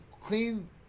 clean